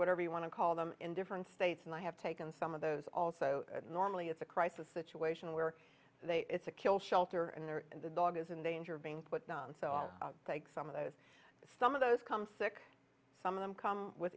whatever you want to call them in different states and i have taken some of those also normally it's a crisis situation where they it's a kill shelter and the dog is in danger of being put down so i'll take some of those some of those come sick some of them come with